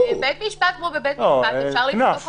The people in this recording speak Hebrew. בית משפט כמו בבית משפט אפשר לדרוש הוצאות,